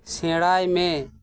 ᱥᱮᱬᱟᱭ ᱢᱮ